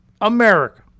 America